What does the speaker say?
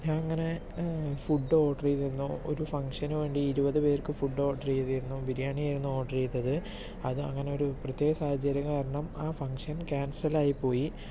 ഞാൻ അങ്ങനെ food order ചെയ്തിരുന്നു ഒരു ഫംഗ്ഷനുവേണ്ടി ഇരുപത് പേർക്ക് ഫുഡ് ഓർഡർ ചെയ്തിരുന്നു ബിരിയാണി ആയിരുന്നു ഓർഡർ ചെയ്തത് അത് അങ്ങനെ ഒരു പ്രത്യേക സാഹചര്യം കാരണം ആ ഫംഗ്ഷൻ ക്യാൻസൽ ആയിപ്പോയി